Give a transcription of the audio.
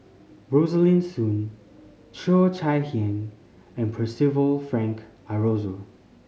Rosaline Soon Cheo Chai Hiang and Percival Frank Aroozoo